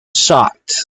shocked